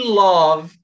love